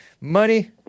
money